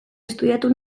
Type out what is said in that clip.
estudiatu